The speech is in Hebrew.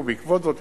ובעקבות זאת,